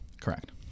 Correct